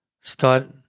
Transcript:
start